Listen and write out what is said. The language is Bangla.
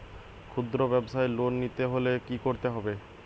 খুদ্রব্যাবসায় লোন নিতে হলে কি করতে হবে?